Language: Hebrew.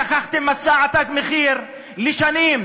שכחתם את מסע "תג מחיר" במשך שנים